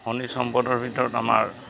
খনিজ সম্পদৰ ভিতৰত আমাৰ